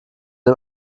dem